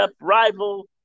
rival